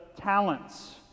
talents